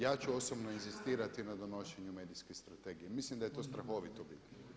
Ja ću osobno inzistirati na donošenju Medijske strategije, mislim da je to strahovito bitno.